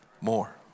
More